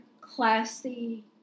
classy